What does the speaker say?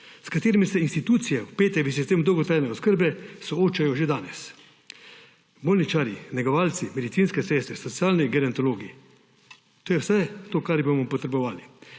s katerim se institucije, vpete v sistem dolgotrajne oskrbe, soočajo že danes. Bolničarji, negovalci, medicinske sestre, socialni gerontologi, to je vse to, kar bomo potrebovali.